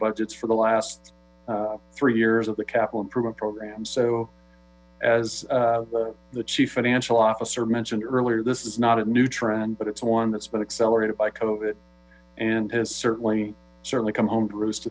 budgets for the last three years of the capital improvement program so as the chief financial officer mentioned earlier this is not a new trend but it's one that's been accelerated by cove and has certainly certainly come home to roost